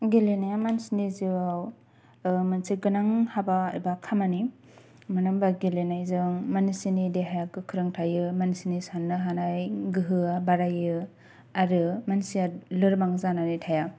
गेलेनाया मानसिनि जिउआव मोनसे गोनां हाबा एबा खामानि मानो होनोबा गेलेनायजों मानसिनि देहाया गोख्रों थायो मानसिनि सान्नो हानाय गोहोआ बारायो आरो मानसिया लोरबां जानानै थाया